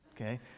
okay